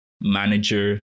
manager